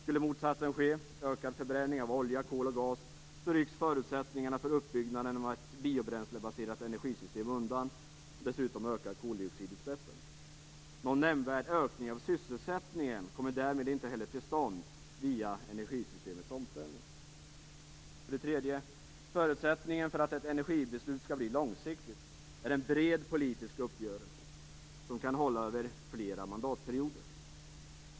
Om motsatsen skulle ske - ökad förbränning av olja, kol och gas - rycks förutsättningarna för uppbyggnaden av ett biobränslebaserat energisystem undan, och dessutom ökar koldioxidutsläppen. Någon nämnvärd ökning av sysselsättningen kommer därmed inte heller till stånd via energisystemets omställning. För det tredje: Förutsättningen för att ett energibeslut skall bli långsiktigt är en bred politisk uppgörelse som kan hålla över flera mandatperioder.